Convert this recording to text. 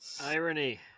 Irony